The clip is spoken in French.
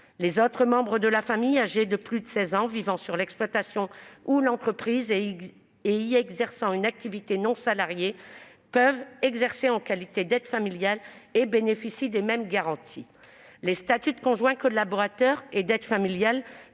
Les autres membres de la famille âgés de plus de 16 ans vivant sur l'exploitation ou l'entreprise et y exerçant une activité non salariée peuvent exercer en qualité d'aide familial et bénéficient des mêmes garanties. Les statuts de conjoint collaborateur et d'aide familial